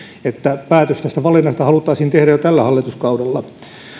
että päätös tästä valinnasta haluttaisiin tehdä jo tällä hallituskaudella